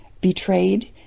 betrayed